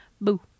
Boo